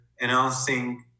announcing